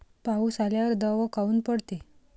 पाऊस आल्यावर दव काऊन पडते?